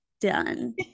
done